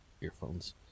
earphones